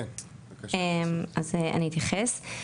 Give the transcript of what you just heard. אז אני אתייחס.